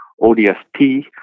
ODSP